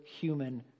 human